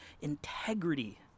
integrity